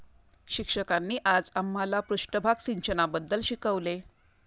शिक्षकांनी आज आम्हाला पृष्ठभाग सिंचनाबद्दल शिकवले